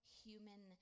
human